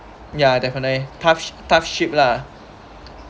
ya definitely tough tough ship lah